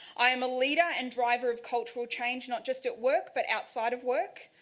i am a leader and driver of cultural change, not just at work but outside of work.